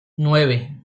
nueve